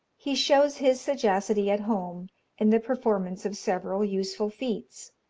he shows his sagacity at home in the performance of several useful feats.